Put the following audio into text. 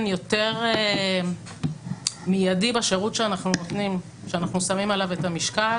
יותר מידי בשירות שאנחנו נותנים שאנחנו שמים עליו משקל.